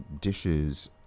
dishes